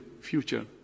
future